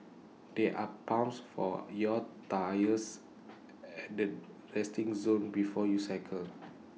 there are pumps for your tyres at the resting zone before you cycle